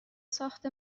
ساخت